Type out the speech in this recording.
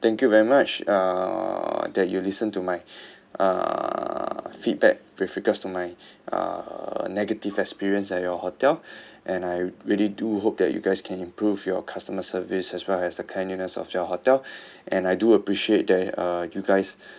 thank you very much uh that you listen to my uh feedback with regards to my uh negative experience at your hotel and I really do hope that you guys can improve your customer service as well as the cleanliness of your hotel and I do appreciate that uh you guys